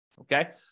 okay